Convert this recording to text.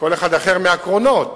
כל אחד אחר מהקרונות?